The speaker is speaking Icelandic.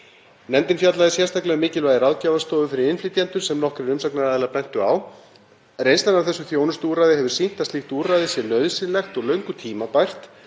Nefndin fjallaði sérstaklega um mikilvægi ráðgjafarstofu fyrir innflytjendur sem nokkrir umsagnaraðilar bentu á. Reynslan af þessu þjónustuúrræði hefur sýnt að slíkt úrræði sé nauðsynlegt og löngu tímabært.